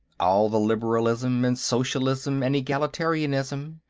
all the liberalism and socialism and egalitarianism,